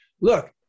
look